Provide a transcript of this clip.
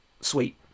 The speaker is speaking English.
sweet